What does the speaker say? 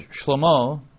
Shlomo